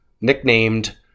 nicknamed